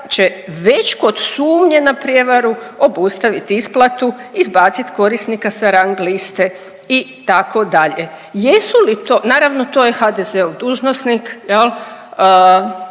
već kod sumnje na prijevaru obustavit isplatu, izbacit korisnika sa rang liste itd.. Jesu li to, naravno to je HDZ-ov dužnosnik